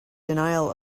denial